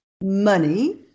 money